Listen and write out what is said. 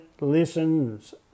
listens